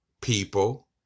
people